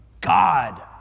God